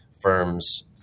firms